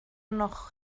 noch